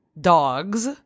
dogs